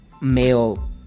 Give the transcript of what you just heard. male